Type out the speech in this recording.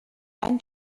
ein